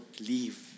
leave